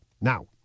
Now